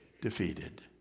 Defeated